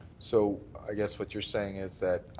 so i guess what you're saying is that